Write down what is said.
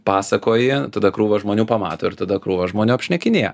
pasakoji tada krūva žmonių pamato ir tada krūva žmonių apšnekinėja